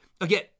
Again